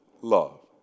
love